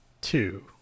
two